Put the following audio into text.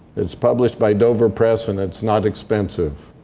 it's published by dover press, and it's not expensive.